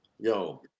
Yo